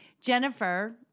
Jennifer